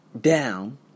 down